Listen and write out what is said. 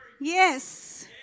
Yes